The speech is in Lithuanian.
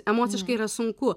emociškai yra sunku